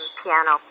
piano